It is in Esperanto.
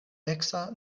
eksa